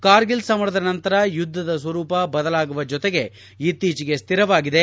ಕಾರ್ಗಿಲ್ ಸಮರದ ನಂತರ ಯುದ್ದದ ಸ್ವರೂಪ ಬದಲಾಗುವ ಜೊತೆಗೆ ಇತ್ತೀಚೆಗೆ ಸ್ಟಿರವಾಗಿದೆ